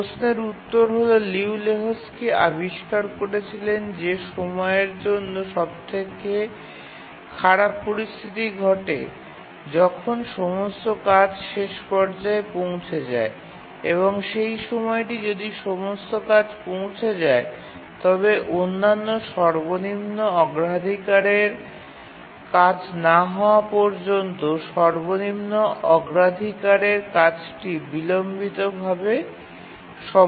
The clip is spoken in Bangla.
প্রশ্নের উত্তর হল লিউ লেহোকস্কি আবিষ্কার করেছিলেন যে সময় নির্ধারণের জন্য সবচেয়ে খারাপ পরিস্থিতি ঘটে যখন সমস্ত কাজ শেষ পর্যায়ে পৌঁছে যায় এবং সেই সময়টি যদি সমস্ত কাজ পৌঁছে যায় তবে অন্যান্য সর্বনিম্ন অগ্রাধিকারের কাজ না হওয়া পর্যন্ত সর্বনিম্ন অগ্রাধিকারের কাজটি বিলম্বিত ভাবে সম্পূর্ণ হয়